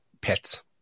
pets